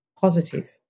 positive